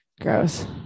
Gross